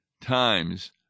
times